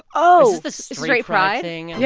oh is this the straight pride thing? and yeah